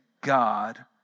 God